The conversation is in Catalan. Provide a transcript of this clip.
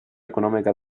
econòmica